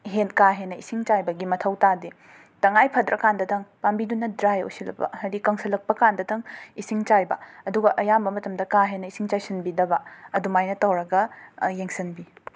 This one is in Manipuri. ꯍꯦꯟ ꯀꯥ ꯍꯦꯟꯅ ꯏꯁꯤꯡ ꯆꯥꯏꯕꯒꯤ ꯃꯊꯧ ꯇꯥꯗꯦ ꯇꯉꯥꯏ ꯐꯗ꯭ꯔꯀꯥꯟꯗꯗꯪ ꯄꯥꯝꯕꯤꯗꯨꯅ ꯗ꯭ꯔꯥꯏ ꯑꯣꯏꯁꯤꯜꯂꯕ ꯍꯥꯏꯗꯤ ꯀꯪꯁꯤꯜꯂꯛꯄ ꯀꯥꯟꯗꯇꯪ ꯏꯁꯤꯡ ꯆꯥꯏꯕ ꯑꯗꯨꯒ ꯑꯌꯥꯝꯕ ꯃꯇꯝꯗ ꯀꯥ ꯍꯦꯟꯅ ꯏꯁꯤꯡ ꯆꯥꯏꯁꯤꯟꯕꯤꯗꯕ ꯑꯗꯨꯃꯥꯏꯅ ꯇꯧꯔꯒ ꯌꯦꯡꯁꯤꯟꯕꯤ